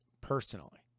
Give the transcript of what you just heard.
personally